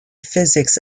physics